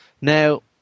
Now